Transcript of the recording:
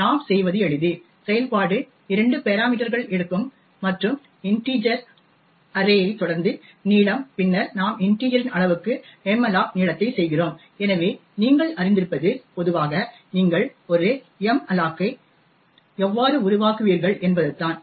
நாம் செய்வது எளிது செயல்பாடு 2 பெராமீட்டர்கள் எடுக்கும் மற்றும் இன்டிஜர் அர்ரே ஐ தொடர்ந்து நீளம் பின்னர் நாம் இன்டிஜர் இன் அளவுக்கு மாலோக் நீளத்தை செய்கிறோம் எனவே நீங்கள் அறிந்திருப்பது பொதுவாக நீங்கள் ஒரு மல்லோக்கை எவ்வாறு உருவாக்குவீர்கள் என்பதுதான்